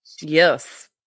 Yes